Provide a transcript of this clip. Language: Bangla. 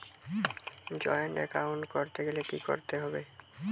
জয়েন্ট এ্যাকাউন্ট করতে গেলে কি করতে হবে?